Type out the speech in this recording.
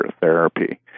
therapy